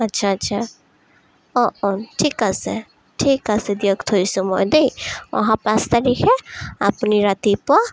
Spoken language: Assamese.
আচ্ছা আচ্ছা অঁ অঁ ঠিক আছে ঠিক আছে দিয়ক থৈছোঁ মই দেই অহা পাঁচ তাৰিখে আপুনি ৰাতিপুৱা